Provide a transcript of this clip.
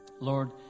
lord